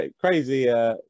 Crazy